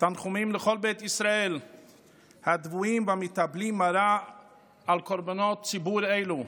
תנחומים לכל בית ישראל הדוויים והמתאבלים מרה על קורבנות ציבור אלו,